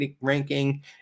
ranking